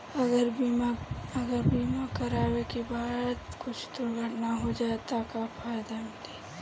अगर बीमा करावे के बाद कुछ दुर्घटना हो जाई त का फायदा मिली?